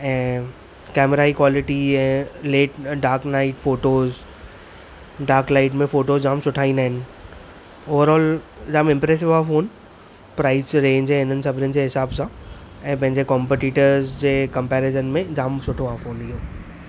ऐं कैमरा जी quality late dark night photos dark light में फोटोस जाम सुठा ईंदा आहिनि ओवर ऑल जाम इमप्रैसिव आहे फोन प्राइज़ रेंज हिन सभिनीनि जे हिसाब सां ऐं पंहिंजे कॉम्पटीटर्स जे कंपैरिज़न में जाम सुठो आहे फ़ोन इहो